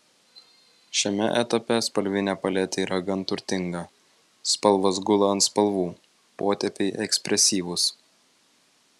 šiame etape spalvinė paletė yra gan turtinga spalvos gula ant spalvų potėpiai ekspresyvūs